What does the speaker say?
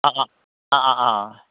অঁ অঁ অঁ অঁ অঁ